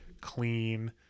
clean